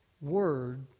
word